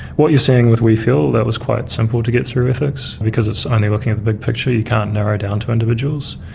what you're seeing with we feel, that was quite simple to get through ethics because it's only looking at the big picture. you can't narrow down to individuals.